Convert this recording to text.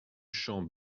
champ